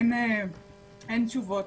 אין תשובות.